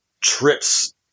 trips